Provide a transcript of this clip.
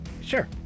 Sure